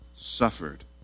suffered